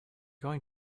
going